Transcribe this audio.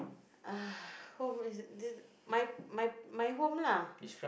uh home is my my my home lah